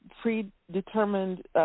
predetermined